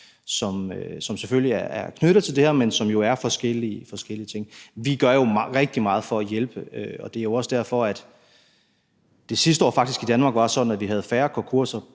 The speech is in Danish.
som selvfølgelig er knyttet til det her, men som jo er forskellige. Vi gør jo rigtig meget for at hjælpe, og det er også derfor, at det sidste år i Danmark faktisk var sådan, at vi havde færre konkurser